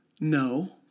No